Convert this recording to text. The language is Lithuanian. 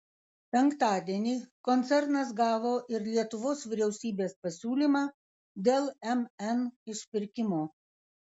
penktadienį koncernas gavo ir lietuvos vyriausybės pasiūlymą dėl mn išpirkimo